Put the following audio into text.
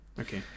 Okay